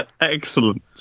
Excellent